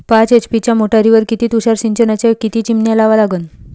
पाच एच.पी च्या मोटारीवर किती तुषार सिंचनाच्या किती चिमन्या लावा लागन?